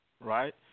Right